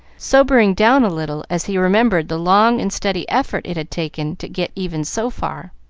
sobering down a little as he remembered the long and steady effort it had taken to get even so far.